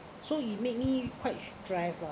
so it make me quite stress lah